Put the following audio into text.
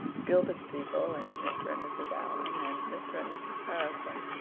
gilbert's people, and mr. and mrs. allan, and mr. and mrs. harrison.